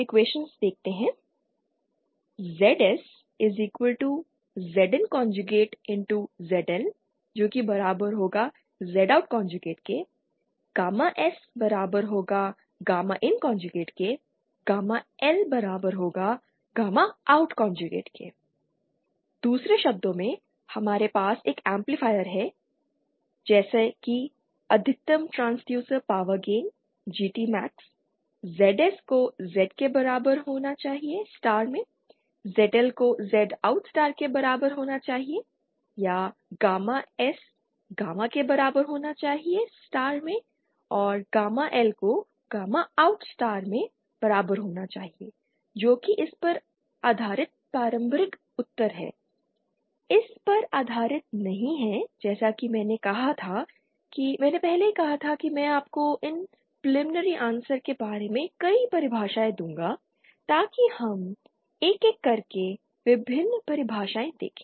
ZSZINZLZOUT SIN LOUT दूसरे शब्दों में हमारे पास एक एम्पलीफायर है जैसे कि अधिकतम transducer power gain G T max ZS को Z के बराबर होना चाहिए स्टार में ZL को Z OUT स्टार के बराबर होना चाहिए और या गामा S गामा के बराबर होना चाहिए स्टार में और गामा L को गामा OUT स्टार के बराबर होना चाहिए जो कि इस पर आधारित प्रारंभिक उत्तर है इस पर आधारित नहीं है जैसा कि मैंने कहा था कि मैंने पहले कहा था कि मैं आपको इन प्रिलिमिनरी आंसर के बारे में कई परिभाषाएं दूंगा ताकि अब हम एक एक करके विभिन्न परिभाषाएँ देखें